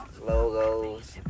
logos